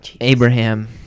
Abraham